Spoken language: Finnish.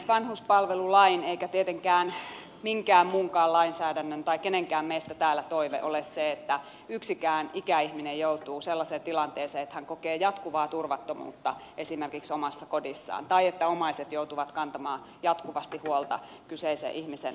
ei vanhuspalvelulain eikä tietenkään minkään muunkaan lainsäädännön tai kenenkään meistä täällä toive ole se että yksikään ikäihminen joutuu sellaiseen tilanteeseen että hän kokee jatkuvaa turvattomuutta esimerkiksi omassa kodissaan tai että omaiset joutuvat kantamaan jatkuvasti huolta kyseisen ihmisen turvallisuudesta